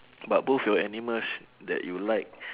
but both your animals that you like